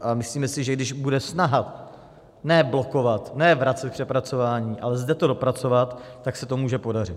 A myslíme si, že když bude snaha ne blokovat, ne vracet k přepracování, ale zde to dopracovat, tak se to může podařit.